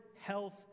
health